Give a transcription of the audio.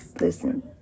listen